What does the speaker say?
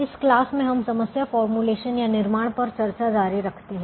इस क्लास में हम समस्या फॉर्मूलेशन या निर्माण पर चर्चा जारी रखते हैं